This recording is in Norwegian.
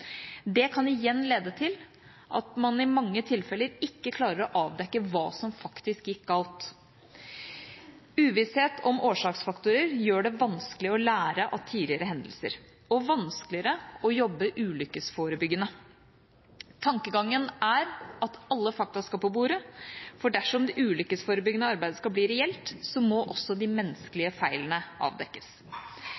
Det kan igjen lede til at man i mange tilfeller ikke klarer å avdekke hva som faktisk gikk galt. Uvisshet om årsaksfaktorer gjør det vanskelig å lære av tidligere hendelser og vanskeligere å jobbe ulykkesforebyggende. Tankegangen er at alle fakta skal på bordet, for dersom det ulykkesforebyggende arbeidet skal bli reelt, må også de